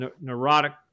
neurotic